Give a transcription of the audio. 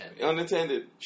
Unattended